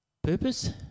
purpose